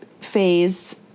phase